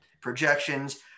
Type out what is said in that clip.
projections